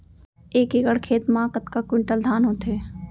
एक एकड़ खेत मा कतका क्विंटल धान होथे?